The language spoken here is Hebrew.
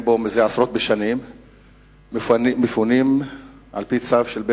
בו זה עשרות בשנים מפונים על-פי צו של בית-משפט,